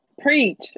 Preach